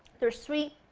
they are sweet,